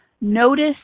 Notice